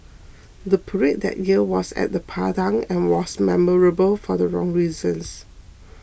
the parade that year was at the Padang and was memorable for the wrong reasons